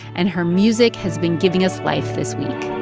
and her music has been giving us life this week